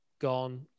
gone